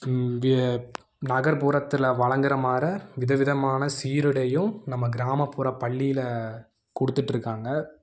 we நகர்ப்புறத்தில் வழங்குற மாரி வித விதமான சீருடையும் நம்ம கிராமப்புற பள்ளியில் கொடுத்துட்ருக்காங்க